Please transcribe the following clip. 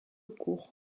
cour